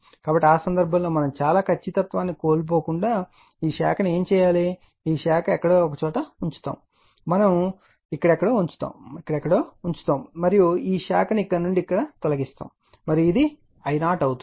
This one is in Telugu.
కాబట్టి ఆ సందర్భంలో మనం చాలా ఖచ్చితత్వాన్ని కోల్పోకుండా ఈ శాఖను ఏమి చేస్తాం ఈ శాఖ ఎక్కడో ఒకచోట ఉంచుతాము మనం ఇక్కడ ఎక్కడో ఉంచుతాము మనం ఇక్కడ ఎక్కడో ఉంచుతాము మరియు ఈ శాఖ ను ఇక్కడ నుండి తొలగిస్తాము మరియు ఇది I0 అవుతుంది